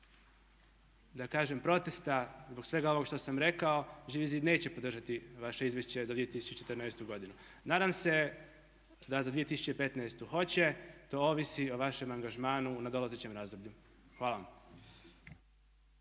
da kažem protesta zbog svega ovog što sam rekao Živi zid neće podržati vaše Izvješće za 2014. godinu. Nadam se da za 2015. hoće, to ovisi o vašem angažmanu u nadolazećem razdoblju. Hvala vam.